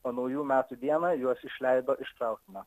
o naujų metų dieną juos išleido iš traukinio